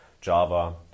Java